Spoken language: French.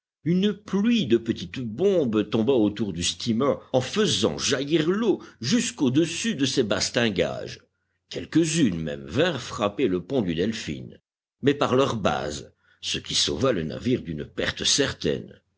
une pluie de petites bombes tomba autour du steamer en faisant jaillir l'eau jusqu'au-dessus de ses bastingages quelques-unes même vinrent frapper le pont du delphin mais par leur base ce qui sauva le navire d'une perte certaine